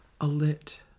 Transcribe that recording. alit